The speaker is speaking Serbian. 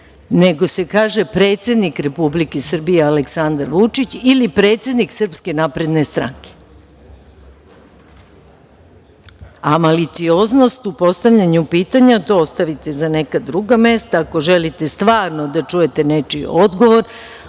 nego se kaže – predsednik Republike Srbije Aleksandar Vučić ili predsednik Srpske napredne stranke. A malicioznost u postavljanju pitanja, to ostavite za neka druga mesta. Ako želite stvarno da čujete nečiji odgovor,